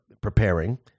preparing